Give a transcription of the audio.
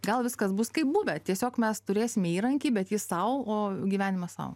gal viskas bus kaip buvę tiesiog mes turėsime įrankį bet jis tau o gyvenimas sau